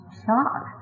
shock